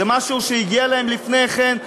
זה משהו שהגיע להם לפני כן,